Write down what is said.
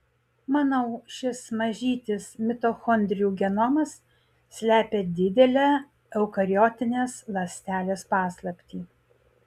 manau šis mažytis mitochondrijų genomas slepia didelę eukariotinės ląstelės paslaptį